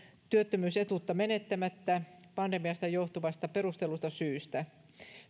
työttömyysetuutta menettämättä pandemiasta johtuvasta perustellusta syystä